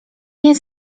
nie